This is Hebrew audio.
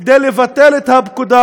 כדי לבטל את הפקודה,